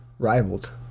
rivaled